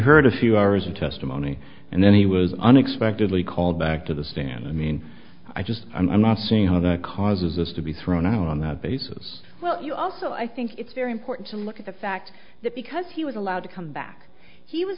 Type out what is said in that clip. heard a few hours of testimony and then he was unexpectedly called back to the stand i mean i just i'm not seeing how that causes this to be thrown out on that basis well you also i think it's very important to look at the fact that because he was allowed to come back he was